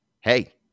hey